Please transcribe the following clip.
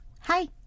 Hi